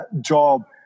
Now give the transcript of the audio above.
job